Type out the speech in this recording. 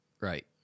Right